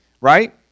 right